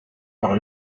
par